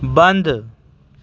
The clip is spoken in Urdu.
بند